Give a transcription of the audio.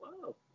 Wow